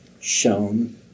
shown